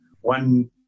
one